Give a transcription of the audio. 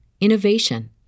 innovation